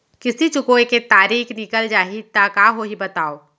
किस्ती चुकोय के तारीक निकल जाही त का होही बताव?